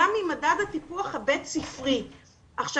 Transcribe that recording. גם אם מדד הטיפוח הבית ספרי גבוה.